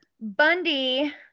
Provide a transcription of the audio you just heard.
Bundy